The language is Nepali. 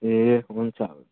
ए हुन्छ हुन्छ